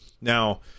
Now